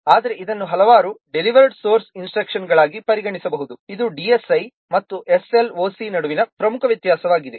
ಆದರೆ ಇದನ್ನು ಹಲವಾರು ಡೆಲಿವರ್ಡ್ ಸೋರ್ಸ್ ಇನ್ಸ್ಟ್ರಕ್ಷನ್ಗಳಾಗಿ ಪರಿಗಣಿಸಬಹುದು ಇದು DSI ಮತ್ತು SLOC ನಡುವಿನ ಪ್ರಮುಖ ವ್ಯತ್ಯಾಸವಾಗಿದೆ